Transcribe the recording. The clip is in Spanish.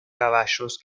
caballos